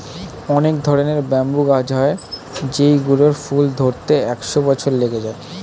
অনেক ধরনের ব্যাম্বু গাছ হয় যেই গুলোর ফুল ধরতে একশো বছর লেগে যায়